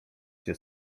cię